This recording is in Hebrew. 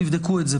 תבדקו את זה,